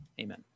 Amen